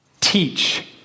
teach